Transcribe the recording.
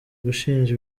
gushinja